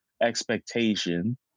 expectation